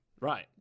right